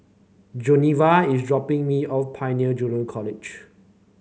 Giovanna is dropping me off Pioneer Junior College